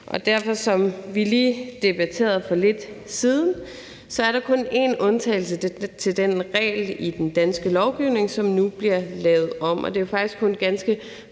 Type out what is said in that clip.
Og som vi lige debatterede for lidt siden, er der derfor kun én undtagelse til den regel i den danske lovgivning, og det bliver nu lavet om. Det er faktisk ganske